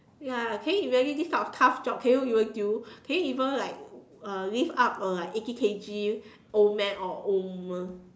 ya can you imagine this type of tough job can you even deal can you even like uh lift up a like eighty K_G old man or old women